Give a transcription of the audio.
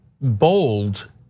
bold